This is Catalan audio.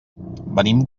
venim